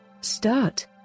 start